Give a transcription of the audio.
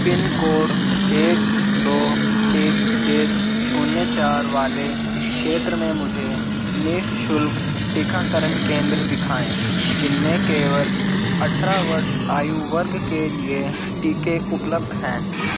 pin code एक दौ एक एक शून्य चार वाले क्षेत्र में मुझे निःशुल्क टीकाकरण केंद्र दिखाएँ जिनमें केवल अठराह वर्ष आयु वर्ग के लिए टीके उपलब्ध हैं